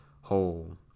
whole